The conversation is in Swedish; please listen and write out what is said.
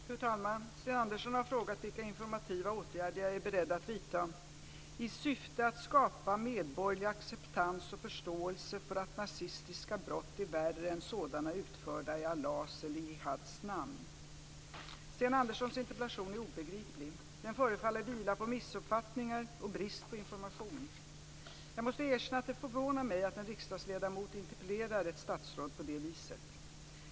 Fru talman! Sten Andersson har frågat vilka informativa åtgärder jag är beredd att vidta "i syfte att skapa medborgerlig acceptans och förståelse för att nazistiska brott är värre än sådana utförda i Allahs och Jihads namn." Sten Anderssons interpellation är obegriplig. Den förefaller vila på missuppfattningar och brist på information. Jag måste erkänna att det förvånar mig att en riksdagsledamot interpellerar ett statsråd på detta vis.